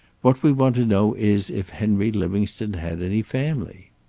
what we want to know is if henry livingstone had any family.